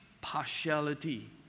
partiality